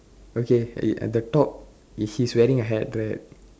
okay at at the top he is wearing a hat right